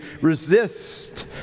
resist